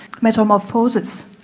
metamorphosis